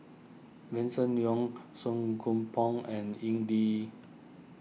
Vincent Leow Song Koon Poh and Ying Ding